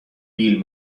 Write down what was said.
بیل